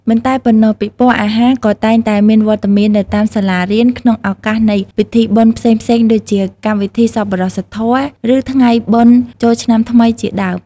មិនតែប៉ុណ្ណោះ ពិព័រណ៍អាហារក៏តែងតែមានវត្តមាននៅតាមសាលារៀន ក្នុងឱកាសនៃពិធីបុណ្យផ្សេងៗដូចជា កម្មវិធីសប្បុរសធម៌ ឬថ្ងៃបុណ្យចូលឆ្នាំថ្មីជាដើម។